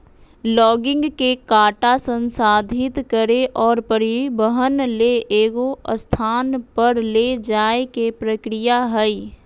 logging के काटा संसाधित करे और परिवहन ले एगो स्थान पर ले जाय के प्रक्रिया हइ